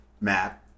Matt